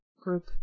group